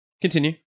Continue